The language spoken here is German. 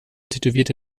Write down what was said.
tätowierte